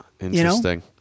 Interesting